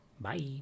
Bye